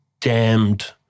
damned